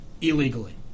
illegally